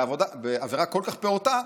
בעבירה כל כך פעוטה,